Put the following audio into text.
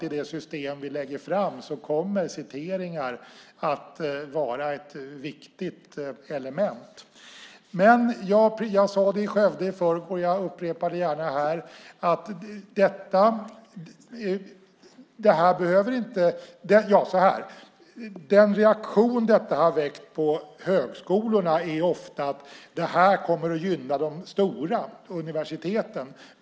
I det system vi lägger fram förslag om skulle jag tro att citeringar kommer att vara ett viktigt element. Den reaktion detta har väckt på högskolorna är ofta att det kommer att gynna de stora universiteten.